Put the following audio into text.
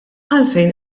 għalfejn